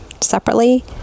separately